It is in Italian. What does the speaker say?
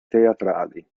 teatrali